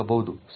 ಸವಲತ್ತುಗಳು